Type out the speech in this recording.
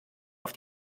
auf